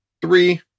Three